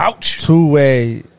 two-way